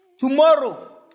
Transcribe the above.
Tomorrow